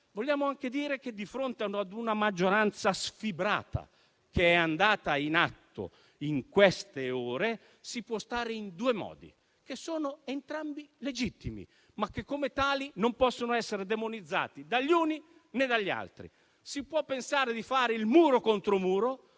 vogliamo anche dire che, di fronte a una maggioranza sfibrata che è andata in atto in queste ore, si può stare in due modi, che sono entrambi legittimi, ma che, come tali, non possono essere demonizzati dagli uni, né dagli altri. Si può pensare di fare il muro contro muro,